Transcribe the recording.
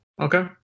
Okay